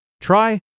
Try